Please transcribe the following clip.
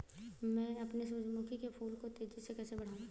मैं अपने सूरजमुखी के फूल को तेजी से कैसे बढाऊं?